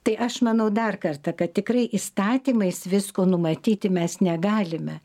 tai aš manau dar kartą kad tikrai įstatymais visko numatyti mes negalime